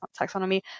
taxonomy